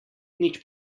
nič